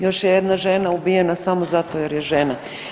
Još je jedna žena ubijena samo zato jer je žena.